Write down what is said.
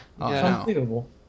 unbelievable